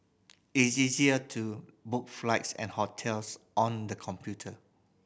it is easy to book flights and hotels on the computer